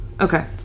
Okay